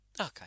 Okay